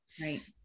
Right